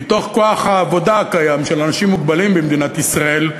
מכוח העבודה הקיים של אנשים מוגבלים במדינת ישראל,